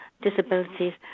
disabilities